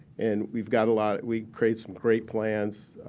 and we've got a lot we create some great plans,